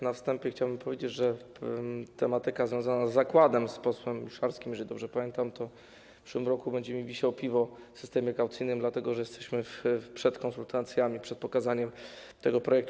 Na wstępie chciałbym powiedzieć, że tematyka związana jest z zakładem z posłem Miszalskim, jeżeli dobrze pamiętam - w przyszłym roku będzie mi wisiał piwo w systemie kaucyjnym, dlatego że jesteśmy przed konsultacjami, przed pokazaniem tego projektu.